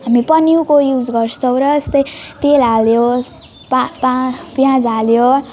हामी पन्यूको युज गर्छौँ र यस्तै तेल हाल्यो पा पा प्याज हाल्यो